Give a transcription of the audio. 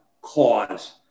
cause